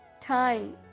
time